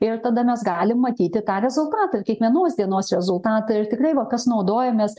ir tada mes galim matyti tą rezultatą kiekvienos dienos rezultatą ir tikrai va kas naudojomės